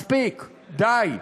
מספיק, די.